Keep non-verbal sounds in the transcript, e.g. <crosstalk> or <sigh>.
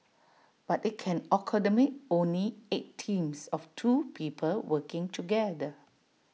but IT can <unintelligible> only eight teams of two people working together